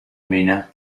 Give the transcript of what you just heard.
mina